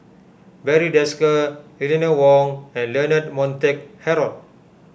Barry Desker Eleanor Wong and Leonard Montague Harrod